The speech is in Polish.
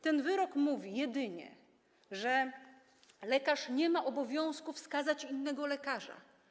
Ten wyrok jedynie mówi, że lekarz nie ma obowiązku wskazać innego lekarza.